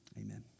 Amen